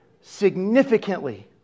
significantly